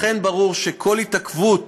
לכן ברור שכל התעכבות